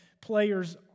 players